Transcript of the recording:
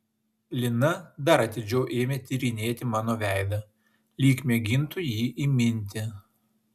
lina dar atidžiau ėmė tyrinėti mano veidą lyg mėgintų jį įminti